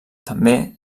també